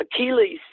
Achilles